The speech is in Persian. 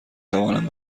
توانم